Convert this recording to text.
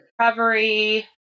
recovery